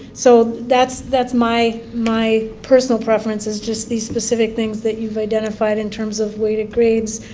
so, that's that's my my personal preference is just these specific things that you've identified in terms of weighted grades,